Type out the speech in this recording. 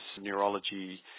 neurology